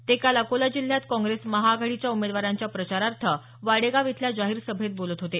ते काल अकोला जिल्ह्यात काँग्रेस महाआघाडीच्या उमेदवारांच्या प्रचारार्थ वाडेगाव इथल्या जाहीर सभेत बोलत होते